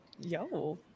Yo